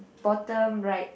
bottom right